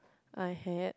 I had